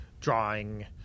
drawing